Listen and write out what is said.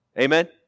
Amen